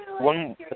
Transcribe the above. one